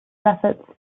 efforts